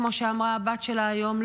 כמו שאמרה הבת שלה היום,